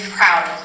proud